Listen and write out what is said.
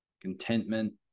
contentment